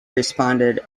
responded